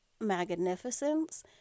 magnificence